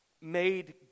made